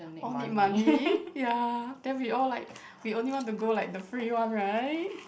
all need money ya then we all like we only want to go like the free one right